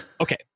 okay